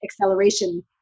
acceleration